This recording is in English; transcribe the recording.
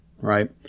Right